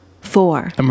four